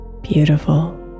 Beautiful